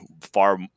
far